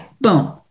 Boom